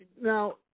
now